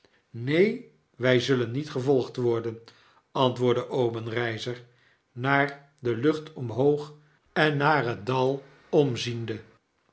neen wg zullen niet gevolgd worden antwoordde obenreizer naar de lucht omhoog en naar het dal omziende